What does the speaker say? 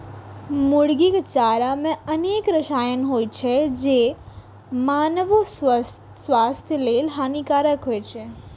मुर्गीक चारा मे अनेक रसायन होइ छै, जे मानवो स्वास्थ्य लेल हानिकारक होइ छै